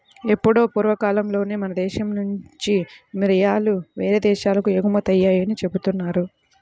ఎప్పుడో పూర్వకాలంలోనే మన దేశం నుంచి మిరియాలు యేరే దేశాలకు ఎగుమతయ్యాయని జెబుతున్నారు